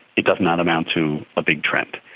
it does not amount to a big trend.